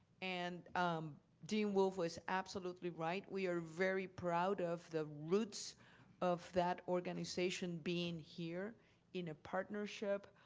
and dean wolff was absolutely right, we are very proud of the roots of that organization being here in a partnership,